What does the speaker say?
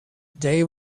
they